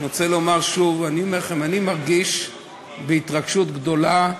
אני רוצה לומר שוב: אני מרגיש התרגשות גדולה.